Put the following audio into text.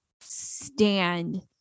stand